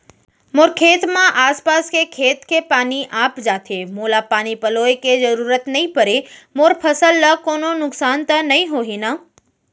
मोर खेत म आसपास के खेत के पानी आप जाथे, मोला पानी पलोय के जरूरत नई परे, मोर फसल ल कोनो नुकसान त नई होही न?